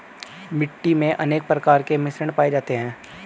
मिट्टी मे अनेक प्रकार के मिश्रण पाये जाते है